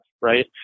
right